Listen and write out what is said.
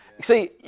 See